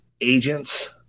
Agents